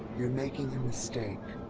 you're making a mistake.